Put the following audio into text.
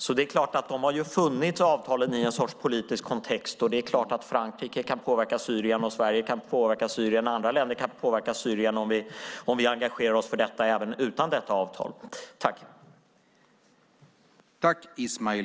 Avtalen har alltså funnits i en sorts politisk kontext, och det är klart att Frankrike kan påverka Syrien och att Sverige och andra länder kan påverka Syrien om vi engagerar oss för detta även utan detta avtal.